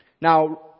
Now